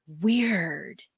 weird